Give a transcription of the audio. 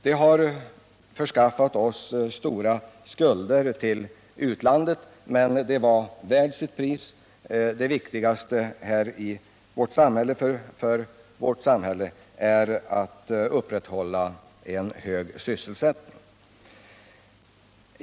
Detta har förskaffat oss stora skulder till utlandet, men det var värt sitt pris. Det viktigaste i vårt samhälle är alltjämt att upprätthålla en hög sysselsättning.